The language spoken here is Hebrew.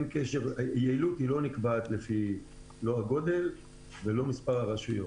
יעילות לא נקבעת לא לפי הגודל ולא לפי מספר הרשויות.